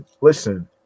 listen